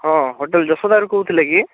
ହଁ ହୋଟେଲ ଯଶୋଦାରୁ କହୁଥିଲେ କି